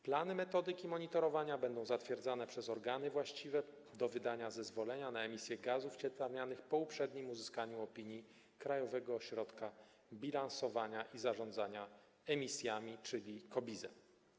Plany metodyki monitorowania będą zatwierdzane przez organy właściwe do wydania zezwolenia na emisję gazów cieplarnianych po uprzednim uzyskaniu opinii Krajowego Ośrodka Bilansowania i Zarządzania Emisjami czyli KOBiZE.